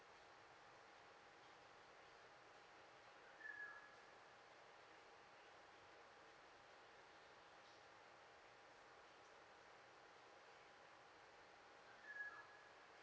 the second